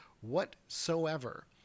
whatsoever